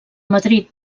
madrid